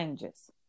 changes